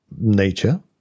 nature